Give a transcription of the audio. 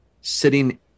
sitting